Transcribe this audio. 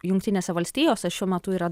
jungtinėse valstijose šiuo metu yra